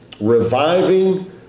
reviving